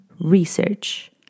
research